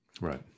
Right